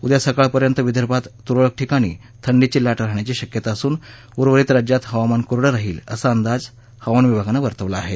उद्या सकाळपर्यंत विदर्भात तुरळक ठिकाणी थंडीची लाट राहण्याची शक्यता असून उर्वरित राज्यात हवामान कोरडं राहील असा अंदाज हवामान विभागानं वर्तवला आहे